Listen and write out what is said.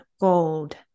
gold